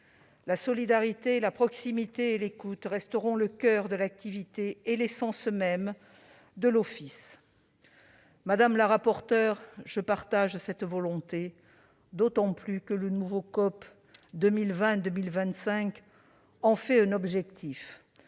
La solidarité, la proximité et l'écoute resteront le coeur de l'activité et l'essence même de l'Office. Madame la rapporteure, je partage cette volonté, d'autant plus que le nouveau contrat d'objectifs